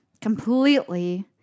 completely